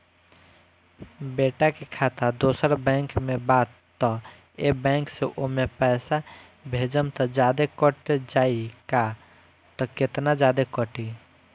बेटा के खाता दोसर बैंक में बा त ए बैंक से ओमे पैसा भेजम त जादे कट जायी का त केतना जादे कटी?